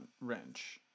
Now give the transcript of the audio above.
wrench